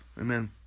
Amen